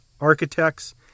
architects